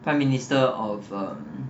prime minister of um